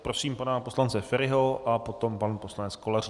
Prosím pana poslance Feriho a potom pan poslanec Kolařík.